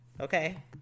Okay